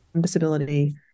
disability